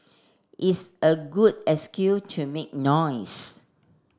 it's a good excuse to make noise